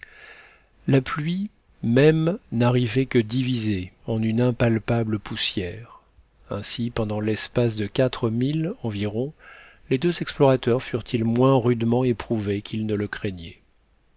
la pluie même n'arrivait que divisée en une impalpable poussière aussi pendant l'espace de quatre milles environ les deux explorateurs furent-ils moins rudement éprouvés qu'ils ne le craignaient